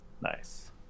nice